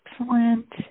excellent